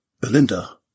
Belinda